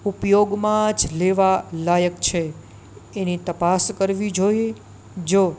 ઉપયોગમા જ લેવા લાયક છે તેની તપાસ કરવી જોઈએ જો